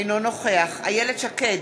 אינו נוכח איילת שקד,